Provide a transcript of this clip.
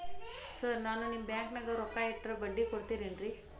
Sir ನಾನು ನಿಮ್ಮ ಬ್ಯಾಂಕನಾಗ ರೊಕ್ಕ ಇಟ್ಟರ ಬಡ್ಡಿ ಕೊಡತೇರೇನ್ರಿ?